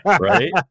right